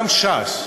גם ש"ס,